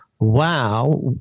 Wow